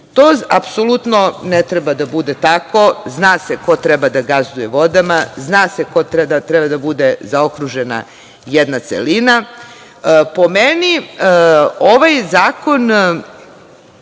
To apsolutno ne treba da bude tako. Zna se ko treba da gazduje vodama i zna se kako treba da bude zaokružena jedna celina. Po meni, pošto nam